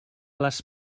les